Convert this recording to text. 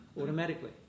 automatically